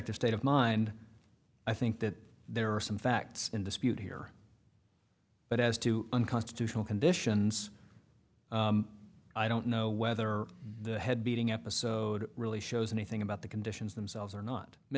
e state of mind i think that there are some facts in dispute here but as to unconstitutional conditions i don't know whether the head beating episode really shows anything about the conditions themselves or not